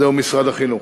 זה משרד החינוך.